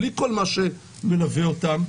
בלי כל מה שמלווה אותם,